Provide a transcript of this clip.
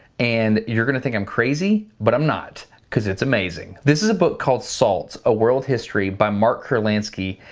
and you're gonna think i'm crazy, but i'm not, cause it's amazing. this is a book called salt a world history, by mark kurlansky,